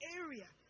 area